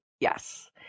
Yes